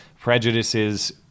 prejudices